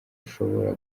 ushobora